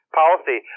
policy